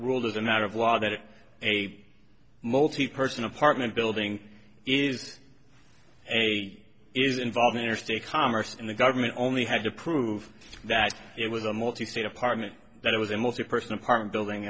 ruled as a matter of law that a multi person apartment building is a is involved interstate commerce and the government only had to prove that it was a multi state apartment that it was a multi person apartment building